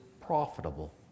profitable